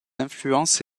influences